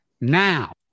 now